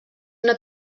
una